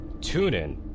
TuneIn